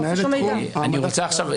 מנהלת תחום העמדת מידע לציבור.